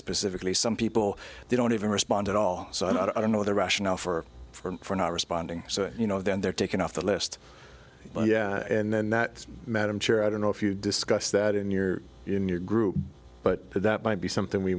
specifically some people they don't even respond at all so i don't know the rationale for for not responding so you know then they're taken off the list and then that madam chair i don't know if you discuss that in your in your group but that might be something we